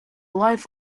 life